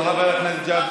של חבר הכנסת,